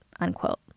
Unquote